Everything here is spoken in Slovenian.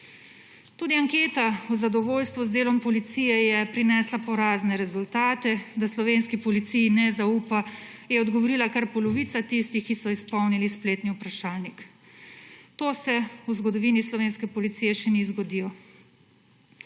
Tudi anketa o zadovoljstvu z delom policije je prinesla porazne rezultate. Da slovenski policiji ne zaupa, je odgovorila kar polovica tistih, ki so izpolnili spletni vprašalnik. To se v zgodovini slovenske policije še ni zgodilo.